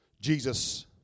Jesus